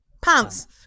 Pants